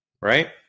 right